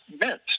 meant